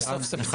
אושר.